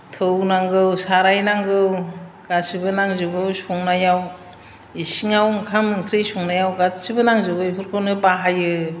थौ नांगौ साराय नांगौ गासैबो नांजोबगौ संनायाव इसिङाव ओंखाम ओंख्रि संनायाव गासैबो नांजोबगौ बेफोरखौनो बाहायो